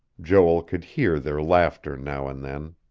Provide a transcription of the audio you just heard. joel could hear their laughter now and then.